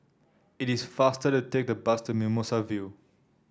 it is faster to take the bus to Mimosa View